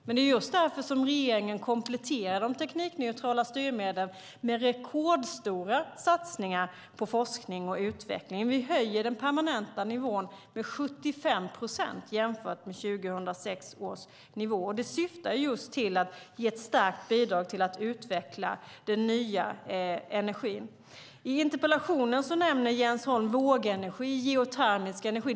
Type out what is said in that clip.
Det är därför regeringen kompletterar de teknikneutrala styrmedlen med rekordstora satsningar på forskning och utveckling. Vi höjer den permanenta nivån med 75 procent jämfört med 2006 års nivå. Det syftar till att ge ett starkt bidrag till att utveckla den nya energin. I interpellationen nämner Jens Holm vågenergi och geotermisk energi.